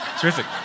Terrific